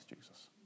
Jesus